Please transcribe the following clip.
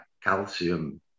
calcium